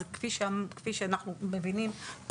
זה כפי שאנחנו מבינים,